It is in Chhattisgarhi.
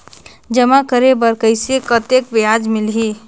जमा करे बर कइसे कतेक ब्याज मिलही?